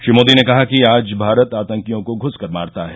श्री मोदी ने कहा कि आज भारत आतकियों को घस कर मारता है